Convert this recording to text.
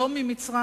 על שלום עם מצרים,